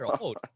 old